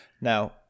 Now